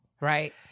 right